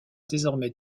désormais